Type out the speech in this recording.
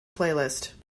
playlist